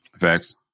Facts